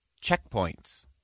checkpoints